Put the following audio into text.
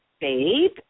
babe